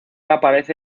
aparece